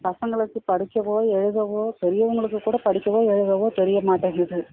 பசங்களுக்கு படிக்கவோ எழுதவோ பெரியவங்களுக்கு கூட படிக்கவோ எழுதவோ தெரிய மாட்டேங்கிது